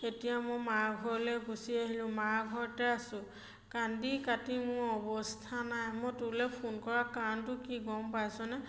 এতিয়া মই মাৰ ঘৰলৈ গুচি আহিলোঁ মাৰ ঘৰতে আছোঁ কান্দি কাটি মোৰ অৱস্থা নাই মই তোলৈ ফোন কৰা কাৰণটো কি গম পাইছনে